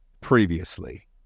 previously